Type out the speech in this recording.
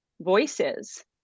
voices